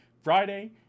Friday